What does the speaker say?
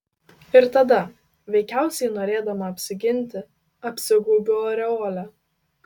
ir tada veikiausiai norėdama apsiginti apsigaubiu aureole